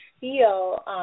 feel